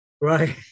Right